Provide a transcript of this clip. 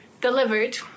delivered